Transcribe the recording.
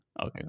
Okay